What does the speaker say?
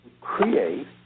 create